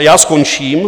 Já skončím.